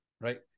right